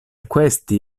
questi